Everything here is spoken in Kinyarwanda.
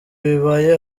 bibaye